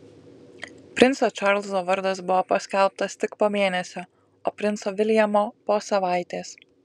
princo čarlzo vardas buvo paskelbtas tik po mėnesio o princo viljamo po savaitės